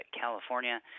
California